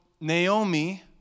Naomi